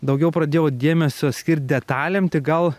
daugiau pradėjau dėmesio skirt detalėm tai gal